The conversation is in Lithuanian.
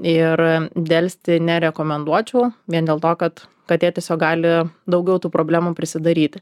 ir delsti nerekomenduočiau vien dėl to kad katė tiesiog gali daugiau tų problemų prisidaryti